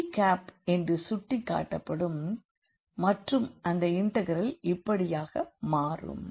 D என்று சுட்டிக்காட்டப்படும் மற்றும் அந்த இண்டெக்ரல் இப்படியாக மாறும்